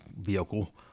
vehicle